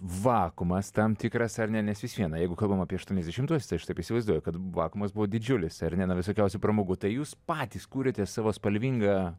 vakuumas tam tikras ar ne nes vis viena jeigu kalbame apie aštuoniasdešimtuosius tai aš taip įsivaizduoju kad vakuumas buvo didžiulis ar ne na visokiausių pramogų tai jūs patys kūrėte savo spalvingą